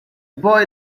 boy